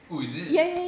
oh is it